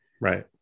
Right